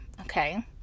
okay